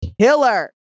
killer